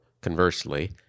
conversely